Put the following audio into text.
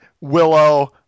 Willow